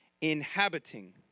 inhabiting